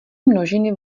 množiny